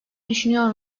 düşünüyor